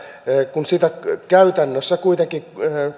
kun sitä käytännössä kuitenkin